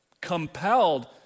compelled